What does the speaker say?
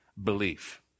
belief